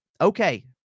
okay